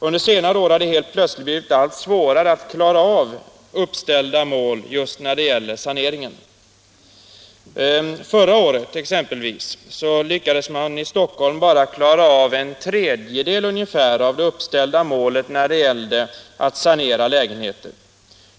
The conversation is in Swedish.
Under senare år har det helt plötsligt blivit allt svårare att klara av uppställda mål, särskilt vad beträffar saneringen. Förra året exempelvis lyckades man i Stockholm bara klara av ungefär en tredjedel av det uppställda målet när det gällde att sanera lägenheter.